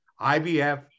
IBF